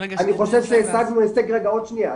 אני חושב שהשגנו הישג מדהים